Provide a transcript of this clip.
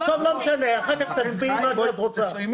לא משנה, אחר כך תצביעי מה שאת רוצה.